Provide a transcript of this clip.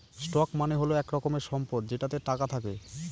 stock মানে হল এক রকমের সম্পদ যেটাতে টাকা থাকে